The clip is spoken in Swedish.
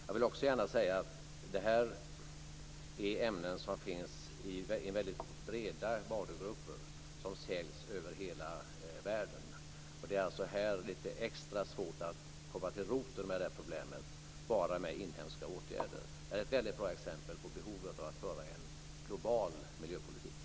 Jag vill också gärna säga att det här är ämnen som finns i breda varugrupper som säljs över hela världen. Det är alltså lite extra svårt att komma till roten med problemet bara med inhemska åtgärder. Det är ett väldigt bra exempel på behovet av att föra en global miljöpolitik.